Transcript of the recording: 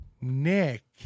Nick